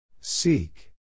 Seek